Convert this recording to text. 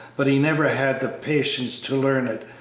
but he never had the patience to learn it,